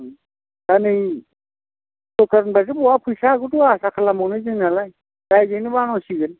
दा नै सोरखारनिफ्रायथ' बहा फैसाखौथ' आसा खालामबावनो जोंहालाय राइजोयैनो बानायनांसिगोन